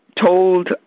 told